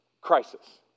crisis